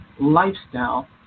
lifestyle